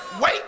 wait